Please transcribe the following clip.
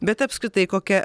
bet apskritai kokia